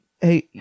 hey